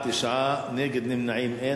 בעד, 9, נגד ונמנעים, אין.